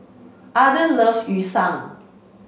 Arden loves Yu Son